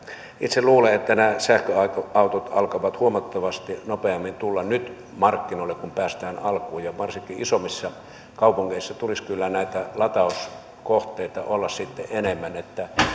itse luulen että nämä sähköautot alkavat huomattavasti nopeammin tulla nyt markkinoille kun päästään alkuun ja varsinkin isommissa kaupungeissa tulisi kyllä näitä latauspisteitä olla sitten enemmän